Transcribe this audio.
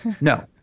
No